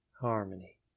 Harmony